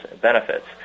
benefits